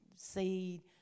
Seed